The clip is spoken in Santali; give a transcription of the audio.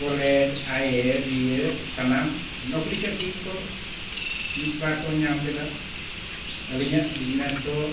college I A B A ᱥᱟᱱᱟᱢ ᱱᱚᱠᱨᱤ ᱪᱟᱹᱠᱨᱤ ᱠᱚᱠᱚ ᱢᱤᱫ ᱵᱟᱨ ᱠᱚ ᱧᱟᱢ ᱠᱮᱫᱟ ᱟᱹᱞᱤᱧᱟᱜ ᱵᱤᱡᱽᱱᱮᱥ ᱫᱚ